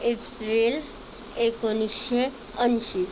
April एकोणीसशे ऐंशी